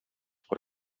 por